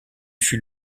fut